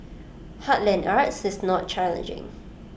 heartland arts is not challenging